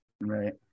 Right